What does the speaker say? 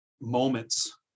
moments